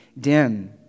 dim